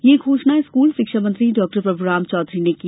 यह घोषणा स्कूल शिक्षा मंत्री डॉ प्रभुराम चौधरी ने की